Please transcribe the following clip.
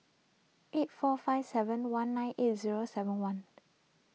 eight four five seven one nine eight zero seven one